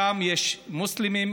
מוסלמים,